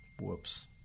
Whoops